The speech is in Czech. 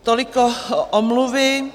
Toliko omluvy.